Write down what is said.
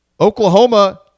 Oklahoma –